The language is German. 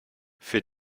für